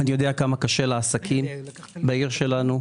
אני יודע כמה קשה לעסקים בעיר שלנו,